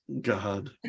God